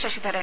Sasidharan